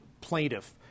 plaintiff